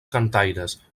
cantaires